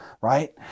right